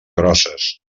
grosses